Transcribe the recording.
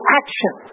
action